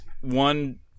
one